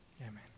Amen